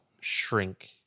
shrink